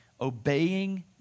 Obeying